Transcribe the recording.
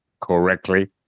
correctly